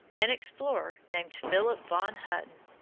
an explorer named philip von hutten,